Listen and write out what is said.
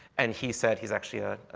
and he said he's actually a